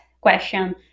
question